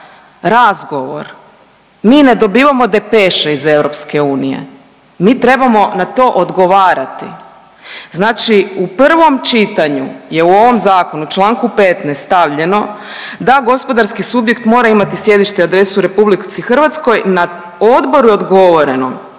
razgovor. Mi ne dobivamo depeše iz EU, mi trebamo na to odgovarati. Znači u prvom čitanju je u ovom zakonu u čl. 15. stavljeno da gospodarski subjekt mora imat sjedište i adresu u RH na odboru je odgovoreno